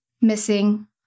missing